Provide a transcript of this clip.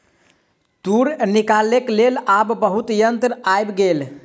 तूर निकालैक लेल आब बहुत यंत्र आइब गेल